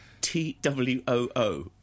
T-W-O-O